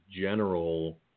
general